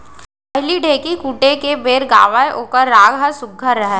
पहिली ढ़ेंकी कूटे के बेर गावयँ ओकर राग ह सुग्घर रहय